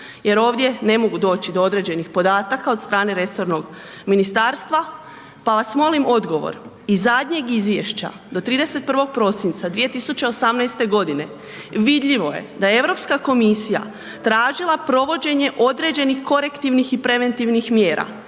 jer ovdje ne mogu doći do određenih podataka od strane resornog ministarstva pa vas molim odgovor. Iz zadnjeg izvješća do 31. prosinca 2018. godine vidljivo je da je Europska komisija tražila provođenje određenih korektivnih i preventivnih mjera.